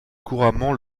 couramment